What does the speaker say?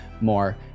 more